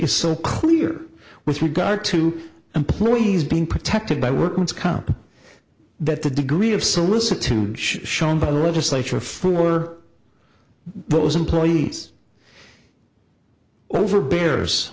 is so clear with regard to employees being protected by workman's comp that the degree of soliciting shown by the legislature for those employees over beers